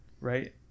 Right